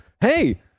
hey